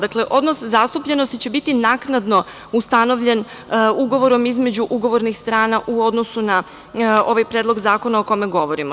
Dakle, odnos zastupljenosti će biti naknadno ustanovljen ugovorom između ugovornih strana u odnosu na ovaj Predlog zakona o kome govorimo.